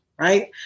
Right